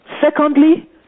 Secondly